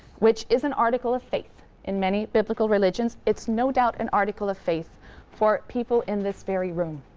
which is an article of faith in many biblical religions. it's no doubt an article of faith for people in this very room.